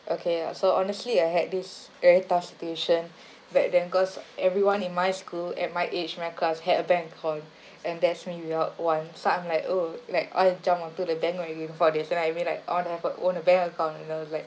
okay lah so honestly I had this very tough situation back then cause everyone in my school at my age in my class had a bank account and there's me without one so I'm like oh like I want to jump onto the bandwagon for this I mean like I want to have my own bank account and I was like